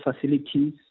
facilities